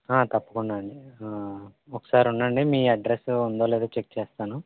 తప్పకుండా అండి ఒకసారి ఉండండి మీ అడ్రస్ ఉందో లేదో చెక్ చేస్తాను